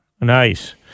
Nice